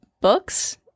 books